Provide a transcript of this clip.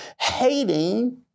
hating